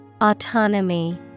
autonomy